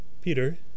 Peter